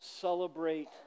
celebrate